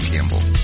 Campbell